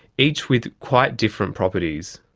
each with quite different properties.